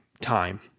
time